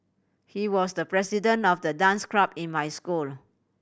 he was the president of the dance club in my school